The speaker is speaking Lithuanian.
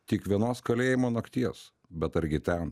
tik vienos kalėjimo nakties bet argi ten